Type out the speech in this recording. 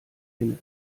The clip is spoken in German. inne